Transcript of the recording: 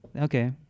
Okay